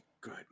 good